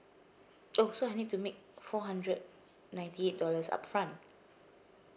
oh so I need to make four hundred ninety eight dollars upfront